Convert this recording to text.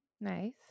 Nice